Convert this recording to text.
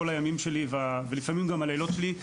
כל הימים שלי ולפעמים גם הלילות שלי,